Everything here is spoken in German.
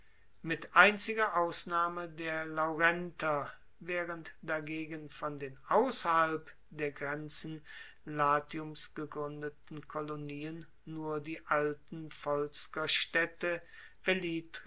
mit einziger ausnahme der laurenter waehrend dagegen von den ausserhalb der grenzen latiums gegruendeten kolonien nur die alten